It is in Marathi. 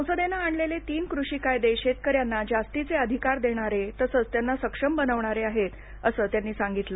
संसदेनं आणलेले तीन कृषी कायदे शेतकऱ्यांना जास्तीचे अधिकार देणारे तसंच त्यांना सक्षम बनवणारे आहेत असं त्यांनी सांगितलं